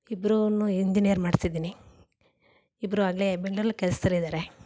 ಇಬ್ಬರೂನು engineer ಮಾಡಿಸಿದ್ದೀನಿ ಇಬ್ಬರೂ ಆಗಲೇ ಬೆಂಗ್ಳೂರಲ್ಲಿ ಕೆಲಸದಲ್ಲಿದ್ದಾರೆ